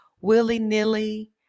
willy-nilly